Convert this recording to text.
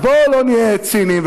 אז בואו לא נהיה ציניים,